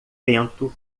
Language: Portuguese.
vento